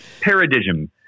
Paradigm